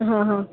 હઁ હઁ